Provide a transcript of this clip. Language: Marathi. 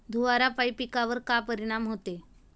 धुवारापाई पिकावर का परीनाम होते?